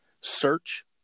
search